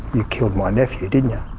you killed my nephew didn't